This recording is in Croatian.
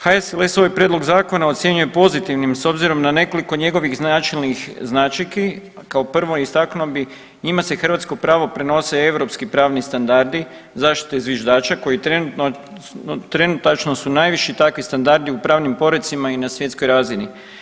HSLS ovaj prijedlog Zakona ocjenjuje pozitivnim, s obzirom na nekoliko njegovih načelnih značajki, kao prvo, istaknuo bi, njima se hrvatsko pravo prenose europski pravni standardi zaštite zviždača koji trenutačno su najviši takvi standardi u pravnim porecima i na svjetskoj razini.